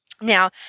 Now